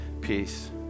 peace